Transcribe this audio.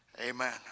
Amen